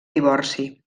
divorci